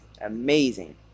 amazing